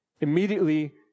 Immediately